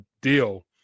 deal